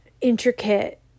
intricate